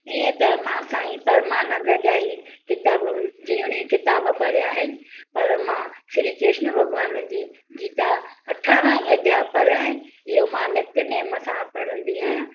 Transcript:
ईअं त मां साईं परमानंद जा ई किताब जीवणी किताब पढिया आहिनि पर मां श्री कृष्ण भॻवान जी गीता अठाणा ई अध्या पढ़िया आहिनि इहो मां नित नेम सां पढ़ंदी आहियां